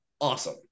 awesome